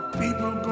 people